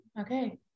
Okay